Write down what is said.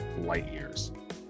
LightYears